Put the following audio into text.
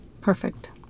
Perfect